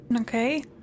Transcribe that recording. Okay